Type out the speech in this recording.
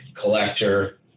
collector